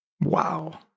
wow